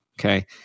okay